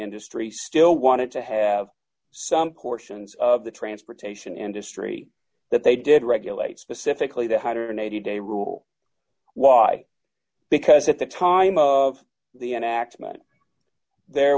industry still wanted to have some portions of the transportation industry that they did regulate specifically the one hundred and eighty day rule why because at the time of the enactment there